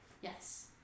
Yes